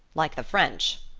like the french.